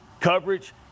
coverage